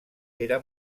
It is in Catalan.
era